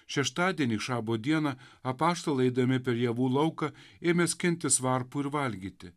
šeštadienį šabo dieną apaštalai eidami per javų lauką ėmė skintis varpų ir valgyti